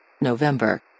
November